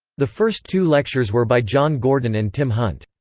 the first two lectures were by john gurdon and tim hunt.